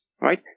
right